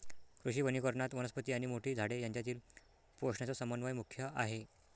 कृषी वनीकरणात, वनस्पती आणि मोठी झाडे यांच्यातील पोषणाचा समन्वय मुख्य आहे